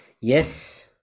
Yes